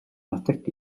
нутагт